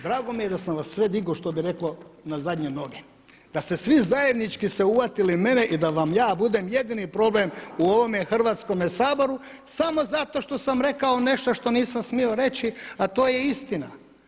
Drago mi je da sam vas sve dignuo što bi rekli na zadnje noge, da ste se svi zajednički uhvatili mene i da vam ja budem jedini problem u ovome Hrvatskome saboru samo zato što sam rekao nešto što nisam smio reći a to je istina.